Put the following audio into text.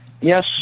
yes